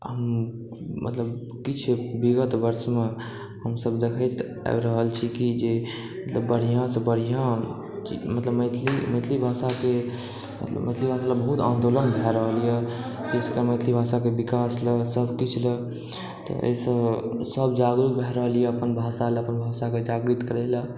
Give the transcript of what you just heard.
हम मतलब किछु विगत वर्षमे हमसब देखैत आबि रहल छी कि जे मतलब बढ़िऑंसँ बढ़िऑं मतलब मैथिली मैथिली भाषाके मतलब मैथिली भाषा लऽ बहुत आन्दोलन भए रहल यऽ मैथिली भाषाके विकास लऽ सब किछु लऽ तऽ एहिसँ सब जागरूक भए रहल यऽ अपन भाषा लए अपन भाषाके जागृत करै लए